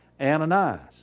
Ananias